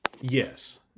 Yes